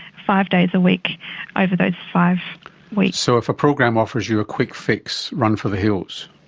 five days a week over those five weeks. so if a program offers you a quick fix, run for the hills.